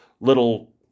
little